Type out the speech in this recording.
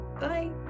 Bye